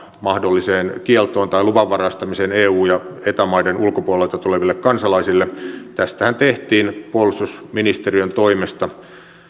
mahdolliseen kieltoon tai luvanvaraistamiseen eu ja eta maiden ulkopuolelta tuleville kansalaisille tästähän tehtiin puolustusministeriön toimesta